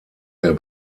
der